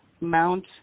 Mount